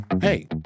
Hey